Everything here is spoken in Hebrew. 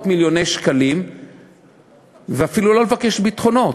מיליוני שקלים ואפילו לא לבקש ביטחונות.